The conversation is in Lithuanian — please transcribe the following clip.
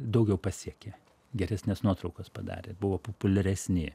daugiau pasiekė geresnes nuotraukas padarė buvo populiaresni